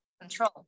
control